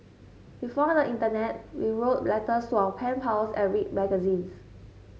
before the internet we wrote letters to our pen pals and read magazines